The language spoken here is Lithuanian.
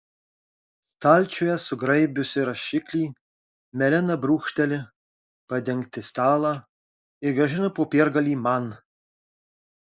stalčiuje sugraibiusi rašiklį melena brūkšteli padengti stalą ir grąžina popiergalį man